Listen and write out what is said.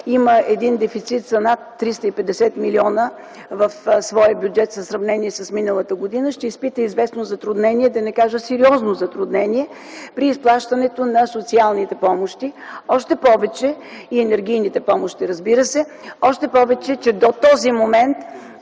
има един дефицит за над 350 милиона в своя бюджет в сравнение с миналата година, ще изпита известно затруднение, да не кажа сериозно затруднение при изплащането на социалните помощи, разбира се и енергийните помощи. Още повече, че до този момент